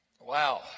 Wow